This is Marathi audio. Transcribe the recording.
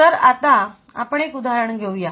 तर आता आपण एक उदाहरण घेऊया